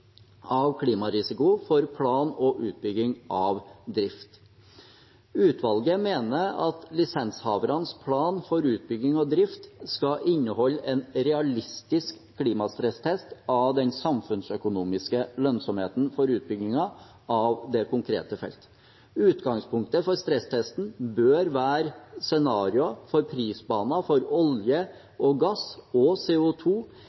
av klimarisiko for plan og utbygging av drift. Utvalget mener at lisenshavernes plan for utbygging og drift skal inneholde en realistisk klimastresstest av den samfunnsøkonomiske lønnsomheten for utbyggingen av det konkrete feltet. Utgangspunktet for stresstesten bør være scenarier for prisbaner for olje,